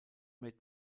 made